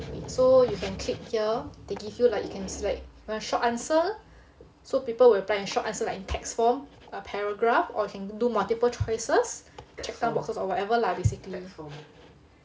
so you can click here they give you like you can like you want short answer so people will reply in short answer like in text form or paragraph or you can do multiple choices check down boxes or whatever lah basically